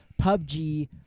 PUBG